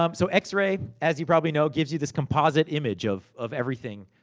um so x-ray, as you probably know, gives you this composite image of of everything.